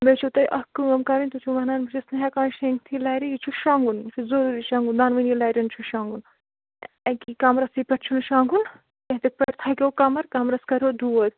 بیٚیہِ چھُو تۄہہِ اَکھ کٲم کَرٕنۍ تُہۍ چھُو وَنان بہٕ چھَس نہٕ ہٮ۪کان شۄنٛگتھٕے لرِ یہِ چھُ شۄنٛگُن یہِ چھُ ضروٗری شۄنٛگُن دۄنوٲنی لرٮ۪ن چھُ شۄنٛگُن اَکی کَمرَسٕے پٮ۪ٹھ چھُنہٕ شۄنٛگُن کیٚنٛہہ تِتھٕ پٲٹھۍ تھَکوٕ کَمر کَمرَس کَروٕ دود